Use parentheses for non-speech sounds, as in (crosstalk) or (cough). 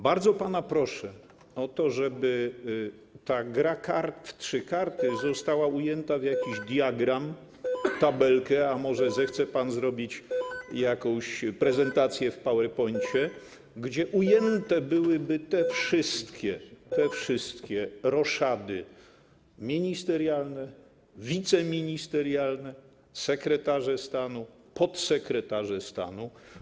Bardzo pana proszę o to, żeby ta gra w trzy karty (noise) została ujęta w jakiś diagram, tabelkę - a może zechce pan zrobić jakąś prezentację w PowerPoincie? - gdzie ujęte byłyby te wszystkie roszady ministerialne, wiceministerialne, ci sekretarze stanu, podsekretarze stanu.